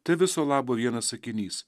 tai viso labo vienas sakinys